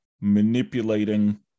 manipulating